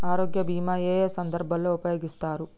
ఆరోగ్య బీమా ఏ ఏ సందర్భంలో ఉపయోగిస్తారు?